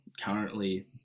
currently